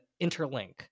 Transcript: interlink